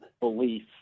belief